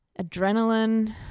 adrenaline